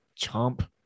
Chomp